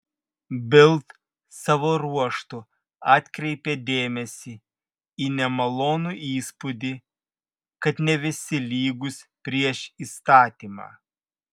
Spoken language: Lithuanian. bild savo ruožtu atkreipė dėmesį į nemalonų įspūdį kad ne visi lygūs prieš įstatymą